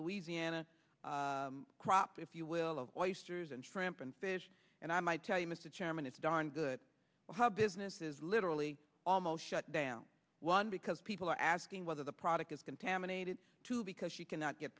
louisiana crop if you will of oysters and shrimp and fish and i might tell you mr chairman it's darn good how business is literally almost shut down one because people are asking whether the product is contaminated too because you cannot get